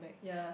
ya